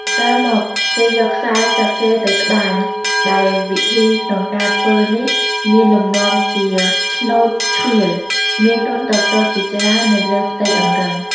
ក្រោយមកគេយកខ្សែស្លឹកជ្រៃទៅត្បាញ ដែលវិធីក្នុងការធ្វើនេះមានលំនាំជា ឆ្នូតឆ្វៀល មានរន្ធតូចៗជាច្រើននៅលើផ្ទៃអង្រឹង។